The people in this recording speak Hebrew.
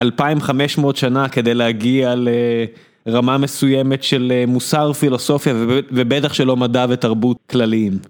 2500 שנה כדי להגיע לרמה מסוימת של אה.. מוסר פילוסופיה וב.. ובטח שלא מדע ותרבות כלליים.